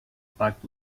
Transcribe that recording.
packed